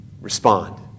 respond